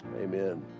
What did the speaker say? Amen